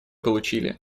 получили